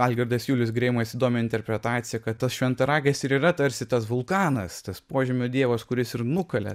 algirdas julius greimas įdomią interpretacija kad tas šventaragis ir yra tarsi tas vulkanas tas požemių dievas kuris ir nukalė